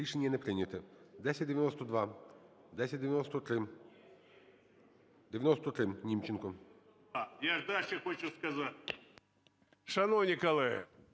Рішення не прийнято. 1092, 1093. 93, Німченко.